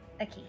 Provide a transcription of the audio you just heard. okay